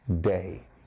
day